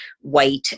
white